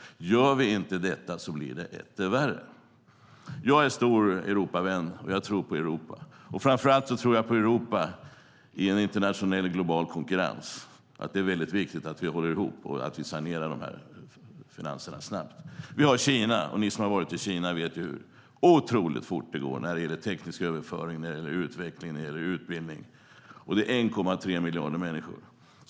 Gör vi inte det blir det etter värre. Jag är stor Europavän; jag tror på Europa. Framför allt tror jag att det är viktigt att Europa i en internationell global konkurrens håller ihop och sanerar finanserna snabbt. Ni som har varit i Kina vet hur otroligt fort det går när det gäller teknisk överföring, utveckling och utbildning. Det handlar om 1,3 miljarder människor.